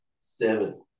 seven